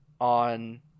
on